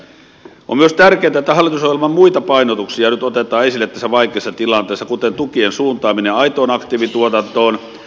on myös tärkeätä että nyt tässä vaikeassa tilanteessa otetaan esille hallitusohjelman muita painotuksia kuten tukien suuntaaminen aitoon aktiivituotantoon